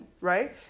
right